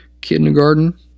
kindergarten